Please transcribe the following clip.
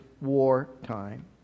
wartime